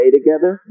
together